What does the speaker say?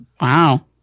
wow